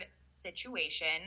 situation